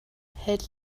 hält